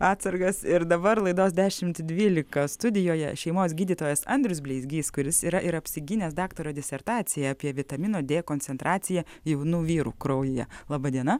atsargas ir dabar laidos dešimt dvylika studijoje šeimos gydytojas andrius bleizgys kuris yra ir apsigynęs daktaro disertaciją apie vitamino dė koncentraciją jaunų vyrų kraujyje laba diena